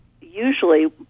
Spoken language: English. usually